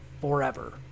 forever